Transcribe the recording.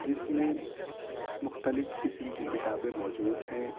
جس میں مختلف قسم کی کتابیں موجود ہیں